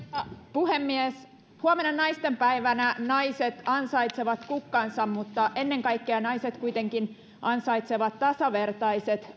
puhemies huomenna naistenpäivänä naiset ansaitsevat kukkansa mutta ennen kaikkea naiset kuitenkin ansaitsevat tasavertaiset